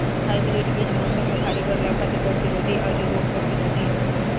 hybrid बीज मौसम में भारी बदलाव खातिर प्रतिरोधी आउर रोग प्रतिरोधी ह